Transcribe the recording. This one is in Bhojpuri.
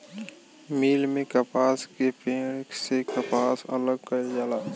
मिल में कपास के पेड़ से कपास अलग कईल जाला